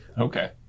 Okay